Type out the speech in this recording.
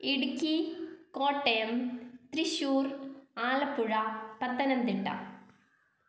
Idukki Kottayam Thrissur Alappuzha Pathanamthitta